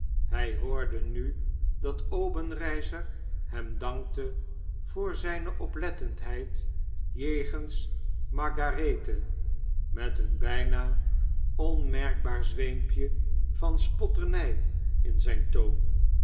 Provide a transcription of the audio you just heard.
hy hoorde nu dat obenreizer hem dankte voor zjjne oplettendheid jegens margarethe met een byna onmerkbaar zweempje van spotternij in zijn toon